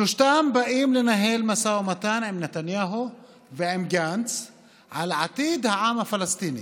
שלושתם באים לנהל משא ומתן עם נתניהו ועם גנץ על עתיד העם הפלסטיני,